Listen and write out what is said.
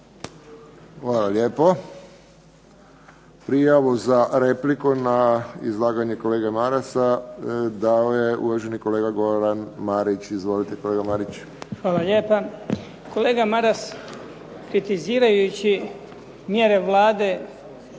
Hvala. Prijavu za repliku na izlaganje kolege Marasa dao je uvaženi kolega Goran Marić. Izvolite kolega. **Marić, Goran (HDZ)** Hvala lijepa. Kolega Maras kritizirajući mjere Vlade,